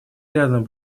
рядом